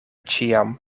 ĉiam